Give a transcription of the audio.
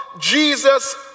Jesus